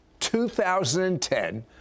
2010